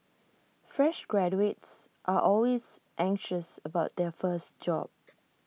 fresh graduates are always anxious about their first job